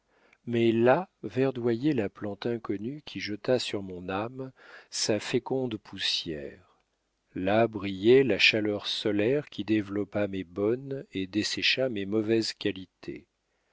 mais là verdoyait la plante inconnue qui jeta sur mon âme sa féconde poussière là brillait la chaleur solaire qui développa mes bonnes et dessécha mes mauvaises qualités